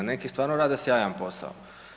Neki stvarno rade sjajan posao.